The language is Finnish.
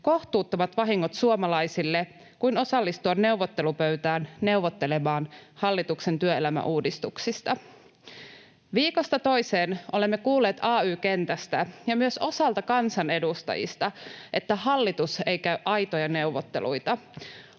kohtuuttomat vahingot suomalaisille kuin osallistua neuvottelupöytään neuvottelemaan hallituksen työelämäuudistuksista. Viikosta toiseen olemme kuulleet ay-kentältä ja myös osalta kansanedustajista, että hallitus ei käy aitoja neuvotteluita.